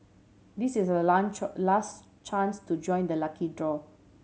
this is your last chance to join the lucky draw